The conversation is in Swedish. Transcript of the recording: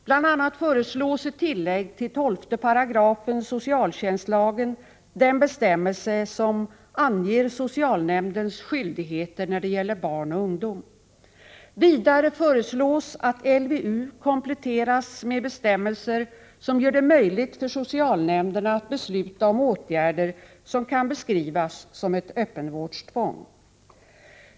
Bl.a. föreslås ett tillägg till 12 § socialtjänstlagen, den bestämmelse som anger socialnämndens skyldigheter när det gäller barn och ungdomar. Vidare föreslås att LVU kompletteras med bestämmelser som gör det möjligt för socialnämnderna att besluta om åtgärder som kan beskrivas som ett ”öppenvårdstvång”.